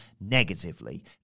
negatively